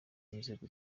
nzego